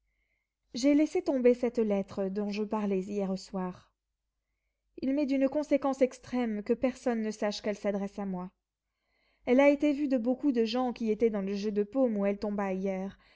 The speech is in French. j'ai laissé tomber cette lettre dont je parlais hier au soir il m'est d'une conséquence extrême que personne ne sache qu'elle s'adresse à moi elle a été vue de beaucoup de gens qui étaient dans le jeu de paume où elle tomba hier